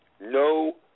no